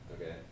Okay